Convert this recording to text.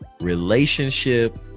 relationship